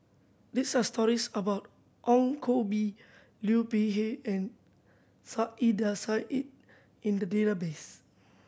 these are stories about Ong Koh Bee Liu Peihe and Saiedah Said in the database